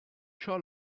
ciò